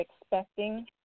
expecting